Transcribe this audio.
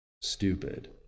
stupid